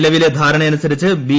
നിലവിലെ ധാരണയനുസരിച്ച് ബി